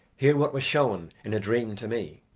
hear what was shown in a dream to me.